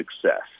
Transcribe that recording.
success